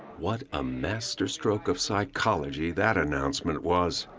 what a master stroke of psychology that announcement was.